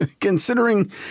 considering